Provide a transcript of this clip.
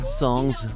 songs